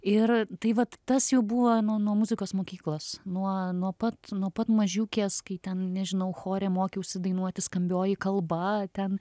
ir tai vat tas jau buvo nuo nuo muzikos mokyklos nuo nuo pat nuo pat mažiukės kai ten nežinau chore mokiausi dainuoti skambioji kalba ten